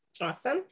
Awesome